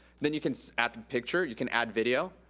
then you can add a picture, you can add video.